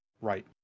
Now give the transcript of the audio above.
Right